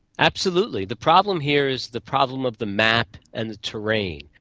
absolutely. the problem here is the problem of the map and the terrain.